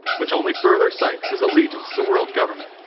which only further cites his allegiance to world government.